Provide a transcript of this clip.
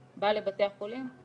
בא לבתי החולים?